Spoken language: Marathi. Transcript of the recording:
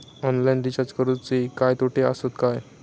ऑनलाइन रिचार्ज करुचे काय तोटे आसत काय?